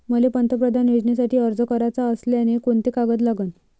मले पंतप्रधान योजनेसाठी अर्ज कराचा असल्याने कोंते कागद लागन?